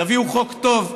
יביאו חוק טוב,